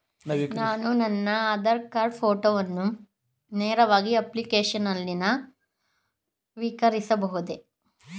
ನಾನು ನನ್ನ ಆಧಾರ್ ಕಾರ್ಡ್ ಫೋಟೋವನ್ನು ನೇರವಾಗಿ ಅಪ್ಲಿಕೇಶನ್ ನಲ್ಲಿ ನವೀಕರಿಸಬಹುದೇ?